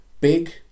big